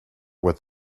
with